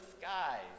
skies